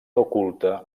oculta